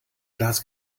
glas